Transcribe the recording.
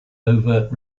overt